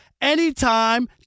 anytime